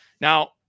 Now